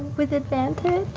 with advantage?